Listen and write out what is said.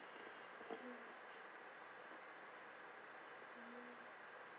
mm mm